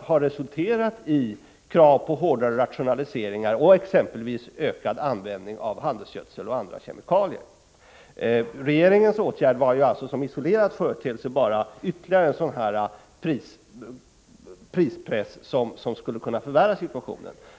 har resulterat i exempelvis krav på hårdare rationaliseringar och en ökad användning av handelsgödsel och andra kemikalier. Regeringens åtgärd var som isolerad företeelse bara en ytterligare prispress som skulle ha kunnat förvärra situationen.